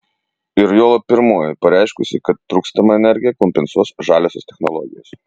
ir juolab pirmoji pareiškusi kad trūkstamą energiją kompensuos žaliosios technologijos